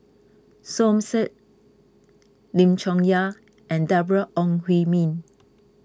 Som Said Lim Chong Yah and Deborah Ong Hui Min